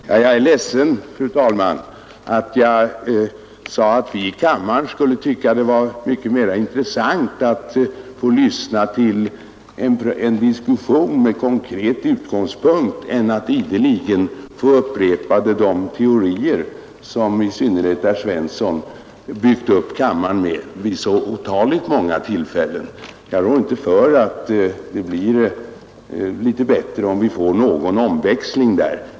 Fru talman! Jag är ledsen för att jag sade att vi i kammaren skulle tycka att det vore mycket mera intressant att få lyssna till en diskussion med konkret utgångspunkt än att ideligen få höra de teorier upprepas som i synnerhet herr Svensson i Malmö uppbyggt kammaren med vid otaliga tillfällen. Jag rår inte för att det skulle bli litet bättre, om vi kunde få någon omväxling.